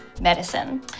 medicine